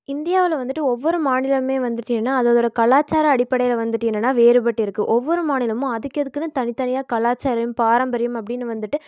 இந்தியாவில் வந்துவிட்டு ஒவ்வொரு மாநிலமுமே வந்துவிட்டீங்கன்னா அது அதோட கலாச்சார அடிப்படையில வந்துவிட்டு என்னென்னா வேறுபட்டு இருக்கு ஒவ்வொரு மாநிலமும் அதுக்கதுக்குனு தனித்தனியாக கலாச்சாரம் பாரம்பரியம் அப்படின்னு வந்துவிட்டு